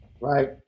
right